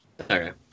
Okay